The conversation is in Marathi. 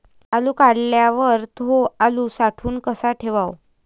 आलू काढल्यावर थो आलू साठवून कसा ठेवाव?